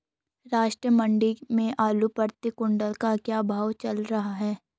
राष्ट्रीय मंडी में आलू प्रति कुन्तल का क्या भाव चल रहा है?